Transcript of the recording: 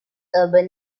urban